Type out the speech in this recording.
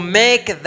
make